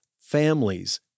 families